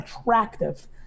attractive